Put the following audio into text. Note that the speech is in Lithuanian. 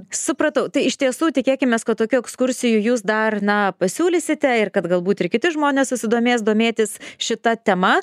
supratau tai iš tiesų tikėkimės kad tokių ekskursijų jūs dar na pasiūlysite ir kad galbūt ir kiti žmonės susidomės domėtis šita tema